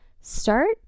start